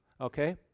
okay